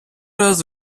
раз